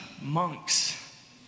Monks